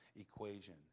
equation